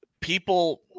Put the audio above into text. people